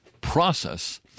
process